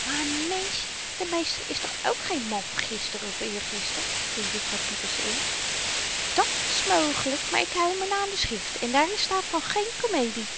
maar mensch de meester is toch ook geen man van gister of eergister viel juffrouw pieterse in dàt's mogelyk maar ik hou me n aan de schrift en daarin staat van geen komedie